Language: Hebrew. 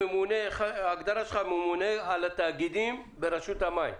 ההגדרה שלך היא "ממונה על התאגידים ברשות המים".